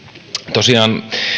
tosiaan